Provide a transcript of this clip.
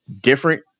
different